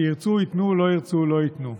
כשירצו, ייתנו, לא ירצו, לא ייתנו.